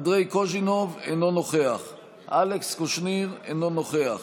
אנדרי קוז'ינוב, אינו נוכח אלכס קושניר, אינו נוכח